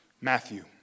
Matthew